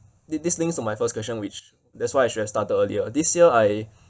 thi~ this links to my first question which that's why I should have started earlier this year I